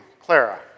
Clara